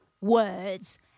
words